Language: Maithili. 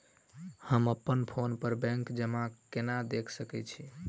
हम अप्पन फोन पर बैंक जमा केना देख सकै छी?